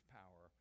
power